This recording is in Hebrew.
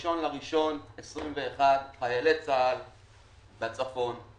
ב-1 בינואר 2021 חיילי צבא הגנה לישראל בצפון,